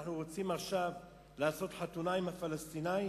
עכשיו אנחנו רוצים לעשות חתונה עם הפלסטינים